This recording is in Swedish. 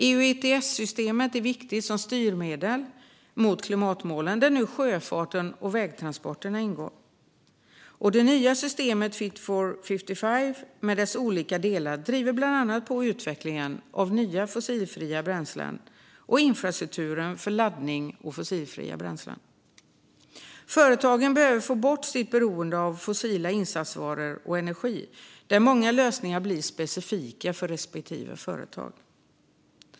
EU ETS-systemet är viktigt som styrmedel mot klimatmålen, där nu sjöfarten och vägtransporterna ingår. Det nya systemet Fit for 55 med dess olika delar driver bland annat på utvecklingen av nya fossilfria bränslen och infrastruktur för laddning och fossilfria bränslen. Företagen behöver få bort sitt beroende av fossila insatsvaror och fossil energi, där många lösningar blir specifika för respektive företag.